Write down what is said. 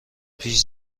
پیش